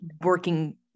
working